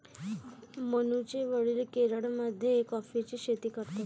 मनूचे वडील केरळमध्ये कॉफीची शेती करतात